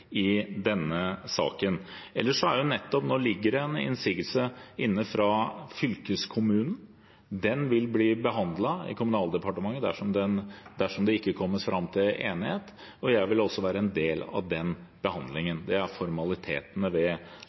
i denne saken. Det ligger nettopp en innsigelse inne fra fylkeskommunen. Den vil bli behandlet i Kommunal- og moderniseringsdepartementet dersom en ikke kommer fram til enighet, og jeg vil også være en del av den behandlingen. Det er formalitetene